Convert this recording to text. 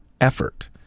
effort